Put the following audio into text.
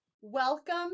Welcome